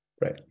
Right